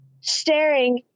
staring